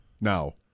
now